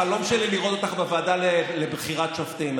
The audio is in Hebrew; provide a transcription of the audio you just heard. החלום שלי לראות אותך בוועדה לבחירת שופטים.